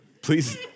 Please